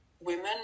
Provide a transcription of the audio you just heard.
women